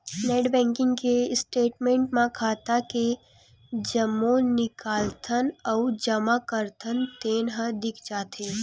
net banking के statement म खाता के जम्मो निकालथन अउ जमा करथन तेन ह दिख जाथे